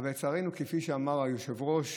לצערנו, כפי שאמר אדוני היושב-ראש,